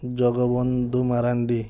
Jagabandhu Marandi